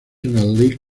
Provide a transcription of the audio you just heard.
league